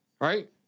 right